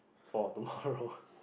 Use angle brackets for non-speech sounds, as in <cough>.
for tomorrow <breath>